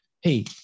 Hey